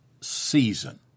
season